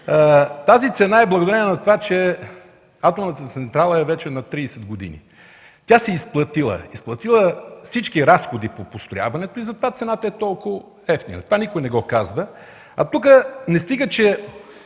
тази цена е благодарение на това, че атомната централа е вече на 30 години. Тя си е изплатила всички разходи по построяването и затова цената е толкова евтина. Това никой не го казва. Не стига че